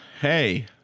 Hey